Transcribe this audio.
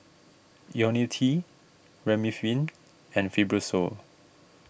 Ionil T Remifemin and Fibrosol